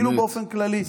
כאילו באופן כללי,